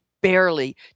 barely